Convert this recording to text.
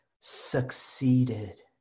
succeeded